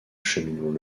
cheminement